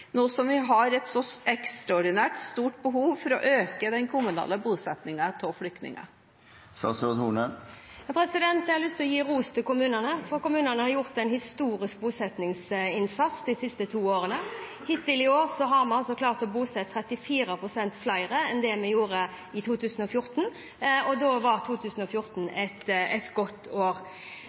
nå som vi har et så ekstraordinært stort behov for å øke den kommunale bosettingen av flyktninger? Jeg har lyst til å gi ros til kommunene, for de har gjort en historisk bosettingsinnsats de siste to årene. Hittil i år har vi altså klart å bosette 34 pst. flere enn det vi gjorde i 2014, og 2014 var et godt år.